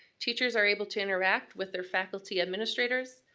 teachers are able to interact with their faculty administrators,